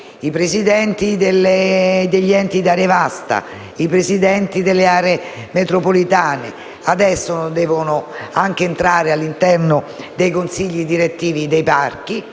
i presidenti degli enti di area vasta, i presidenti delle aree metropolitane e adesso devono anche entrare all'interno dei consigli direttivi dei parchi.